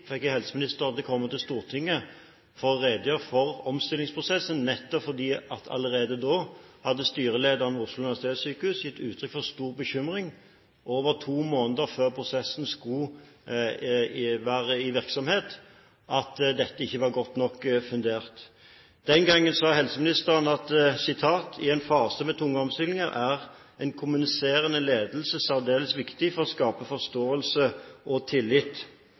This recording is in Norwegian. til Stortinget for å redegjøre for omstillingsprosessen, nettopp fordi allerede da hadde styrelederen ved Oslo universitetssykehus gitt uttrykk for stor bekymring for – over to måneder før prosessen skulle være i virksomhet – at dette ikke var godt nok fundert. Den gangen sa helseministeren: «I en fase med tunge omstillinger er en kommuniserende ledelse særdeles viktig for å skape forståelse og bygge tillit.»